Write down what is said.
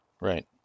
right